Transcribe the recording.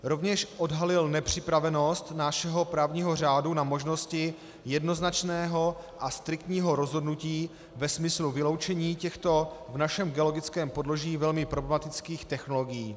Rovněž odhalily nepřipravenost našeho právního řádu na možnosti jednoznačného a striktního rozhodnutí ve smyslu vyloučení těchto v našem geologickém podloží velmi problematických technologií.